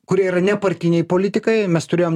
kurie yra nepartiniai politikai mes turėjom